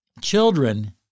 children